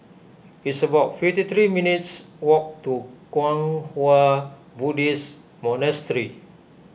it's about fifty three minutes' walk to Kwang Hua Buddhist Monastery